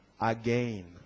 again